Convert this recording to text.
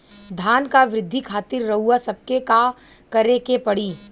धान क वृद्धि खातिर रउआ सबके का करे के पड़ी?